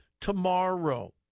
tomorrow